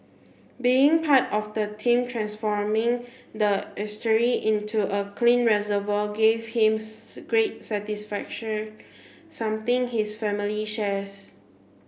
being part of the team transforming the estuary into a clean reservoir gave him great satisfaction something his family shares